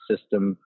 system